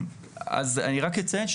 אני רק אציין,